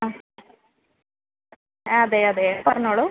ആ അതെ അതെ പറഞ്ഞോളൂ